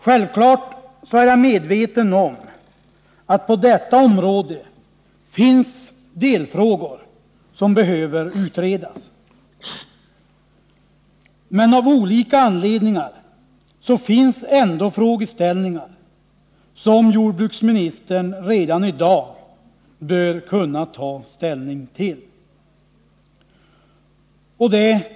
Självfallet är jag medveten om att det på detta område finns delfrågor som behöver utredas. Men av olika anledningar föreligger ändå frågeställningar som jordbruksministern redan i dag bör kunna ta ställning till.